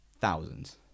thousands